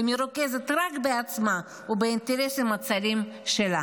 ומרוכזת רק בעצמה ובאינטרסים הצרים שלה.